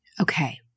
Okay